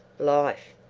life!